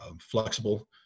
flexible